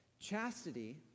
Chastity